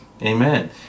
Amen